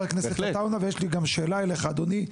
הכנסת עטאונה ויש לי גם שאלה אליך אדוני,